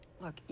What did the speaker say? Look